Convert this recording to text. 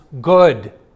good